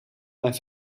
mijn